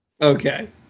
Okay